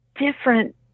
different